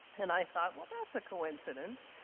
and i thought, well that's a coincidence.